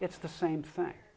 it's the same thing